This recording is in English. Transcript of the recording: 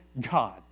God